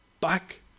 back